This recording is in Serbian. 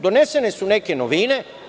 Donesene su neke novine.